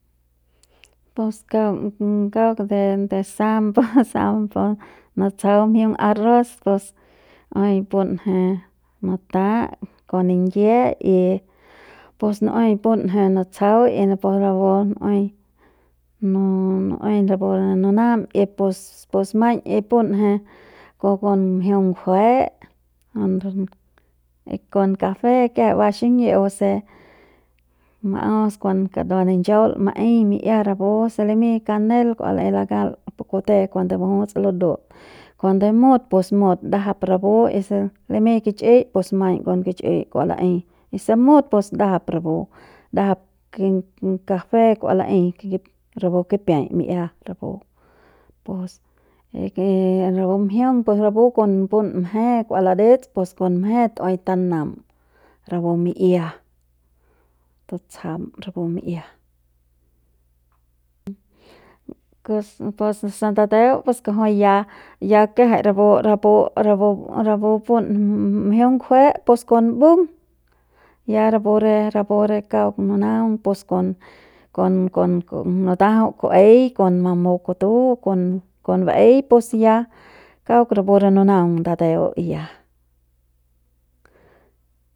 Pus kaung kauk de de sam de sam nutsjau mjiung arroz pus nu'ui punje nuta kon ningie y pus nu'ui punje nutsjau y pu rapu nu'ui nu nu'ui rapu nunam y pus pus maiñ y punje kon kon mjiung ngjue y kon café kiajai ba xiñi'iu puse maus kon kadua ninchaul maei mi'ia rapu se limiñ kanel kua laei lakal pu kute cuando majuts madut cuando mut pus mut ndajap rapu y si limiñ kichi'i pus maiñ kon kichi'i kua laei y si mut pus ndajap rapu ndajap ki café kua laei rapu kipia mi'ia rapu pus rapu mjiung pus rapu kon pun mje kua ladets pus kon mje tu'ui tanam rapu mi'ia tutsjam rapu mi'ia pus pus se ndateu pus kujui ya ya kiajai rapu rapu rapu pun mjiun ngjue pus kon mbung ya rapu re rapu rapu re kauk nunaung pus kon kon kon nutajau ku'uei kon mamu kutu kon kon baei pus ya kauk rapu re nunaung ndateu ya.